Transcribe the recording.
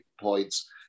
points